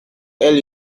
elle